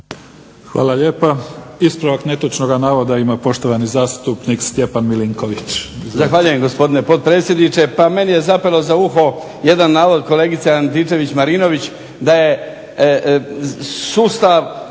Hvala lijepa. Ispravak netočnog navoda ima poštovani zastupnik Stjepan Milinković.